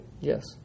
Yes